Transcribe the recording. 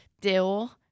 dill